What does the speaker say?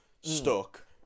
stuck